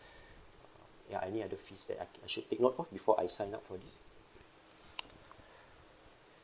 uh ya any other fees that I can I should take note of before I sign up for this